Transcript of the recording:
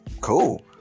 Cool